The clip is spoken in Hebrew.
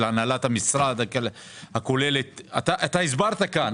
הנהלת המשרד הכוללת - אתה הסברת פה.